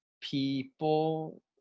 people